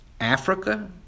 Africa